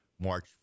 march